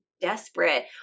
desperate